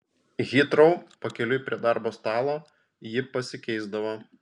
hitrou pakeliui prie darbo stalo ji pasikeisdavo